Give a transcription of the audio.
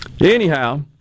Anyhow